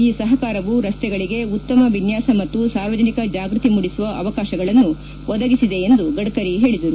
ಈ ಸಹಕಾರವು ರಸ್ತೆಗಳಿಗೆ ಉತ್ತಮ ವಿನ್ಯಾಸ ಮತ್ತು ಸಾರ್ವಜನಿಕ ಜಾಗ್ಯತಿ ಮೂಡಿಸುವ ಅವಕಾಶಗಳನ್ನು ಒದಗಿಸಿದೆ ಎಂದು ಗಡ್ಡರಿ ಹೇಳಿದರು